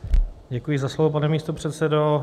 Děkuji za slovo, pane místopředsedo.